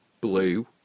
blue